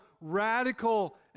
radical